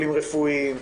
בטיפולים רפואיים,